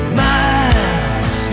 miles